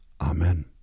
Amen